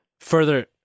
Further